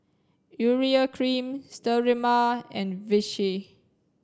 urea cream Sterimar and Vichy